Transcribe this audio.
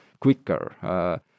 quicker